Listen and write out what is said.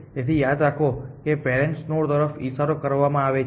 તેથી યાદ રાખો કે આ પેરેન્ટ્સ નોડ તરફ ઇશારો કરવામાં આવે છે